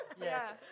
Yes